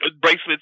bracelets